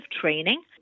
training